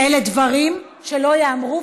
שאלה דברים שלא ייאמרו,